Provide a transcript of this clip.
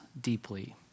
deeply